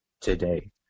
today